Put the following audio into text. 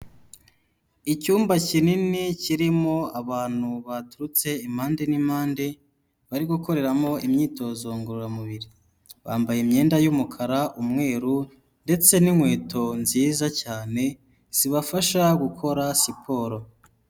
Icyumba kinini kirimo abantu baturutse impande n'impande, bari gukoreramo imyitozo ngororamubiri, bambaye imyenda y'umukara, umweru ndetse n'inkweto nziza cyane, zibafasha gukora siporo.